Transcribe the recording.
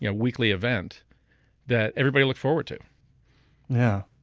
yeah weekly event that everybody looked forward to yeah